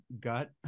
gut